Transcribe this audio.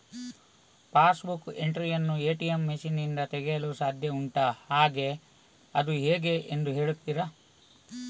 Pass book entry ಯನ್ನು ATM machine ನಿಂದ ತೆಗೆಯಲು ಸಾಧ್ಯ ಉಂಟಾ ಹಾಗೆ ಅದು ಹೇಗೆ ಎಂದು ಹೇಳುತ್ತೀರಾ?